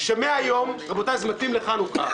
רבותי זה מתאים לחנוכה: